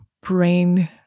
brain